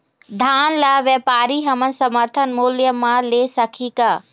धान ला व्यापारी हमन समर्थन मूल्य म ले सकही का?